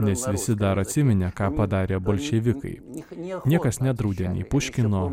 nes visi dar atsiminė ką padarė bolševikai niekas nedraudė nei puškino